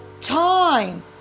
time